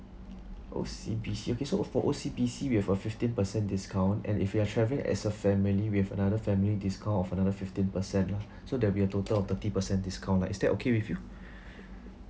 O_C_B_C okay so uh for O_C_B_C we have a fifteen percent discount and if you are travelling as a family with another family discount off another fifteen percent lah so there will be a total of thirty percent discount lah is that okay with you